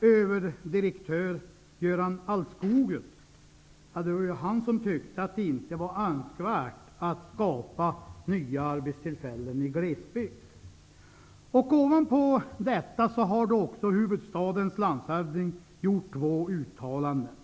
Överdirektör Göran Aldskogius tycker inte att det är önskvärt att skapa nya arbetstillfällen i glesbygden. Ovanpå detta har då också huvudstadens landshövding gjort två uttalanden.